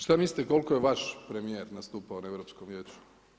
Šta mislite koliko je vaš premijer nastupao na Europskom vijeću?